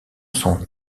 sont